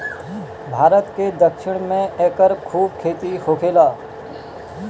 भारत के दक्षिण में एकर खूब खेती होखेला